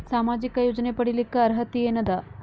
ಸಾಮಾಜಿಕ ಯೋಜನೆ ಪಡಿಲಿಕ್ಕ ಅರ್ಹತಿ ಎನದ?